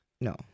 no